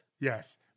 yes